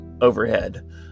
overhead